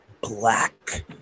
black